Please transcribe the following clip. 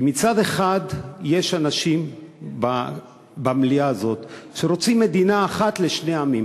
מצד אחד יש במליאה הזאת אנשים שרוצים מדינה אחת לשני עמים.